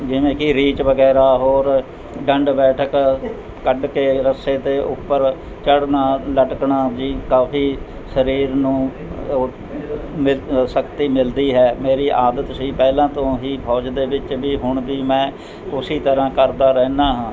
ਜਿਵੇਂ ਕਿ ਰੇਚ ਵਗੈਰਾ ਹੋਰ ਡੰਡ ਬੈਠਕ ਕੱਢ ਕੇ ਰੱਸੇ ਦੇ ਉੱਪਰ ਚੜਨਾ ਲਟਕਣਾ ਜੀ ਕਾਫੀ ਸਰੀਰ ਨੂੰ ਉਹ ਮਿਲ ਸਖਤੀ ਮਿਲਦੀ ਹੈ ਮੇਰੀ ਆਦਤ ਸੀ ਪਹਿਲਾਂ ਤੋਂ ਹੀ ਫੌਜ ਦੇ ਵਿੱਚ ਵੀ ਹੁਣ ਵੀ ਮੈਂ ਉਸੇ ਤਰ੍ਹਾਂ ਕਰਦਾ ਰਹਿਦਾ ਹਾਂ